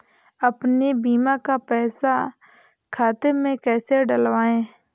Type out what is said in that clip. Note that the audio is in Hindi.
अपने बीमा का पैसा खाते में कैसे डलवाए?